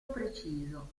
preciso